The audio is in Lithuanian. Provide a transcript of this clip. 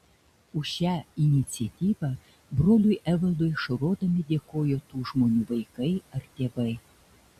už šią iniciatyvą broliui evaldui ašarodami dėkojo tų žmonių vaikai ar tėvai